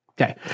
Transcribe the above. Okay